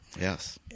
Yes